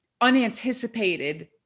unanticipated